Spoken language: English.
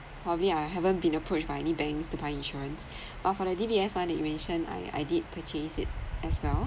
probably I haven't been approached by any banks to buy insurance but for the D_B_S one that you mentioned I I did purchase it as well